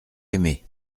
aimé